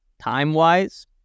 time-wise